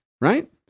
right